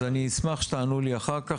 אז אני אשמח שתענו לי אחר כך.